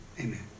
Amen